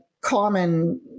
common